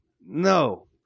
No